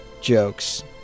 jokes